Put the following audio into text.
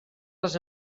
les